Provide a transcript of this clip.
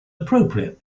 appropriate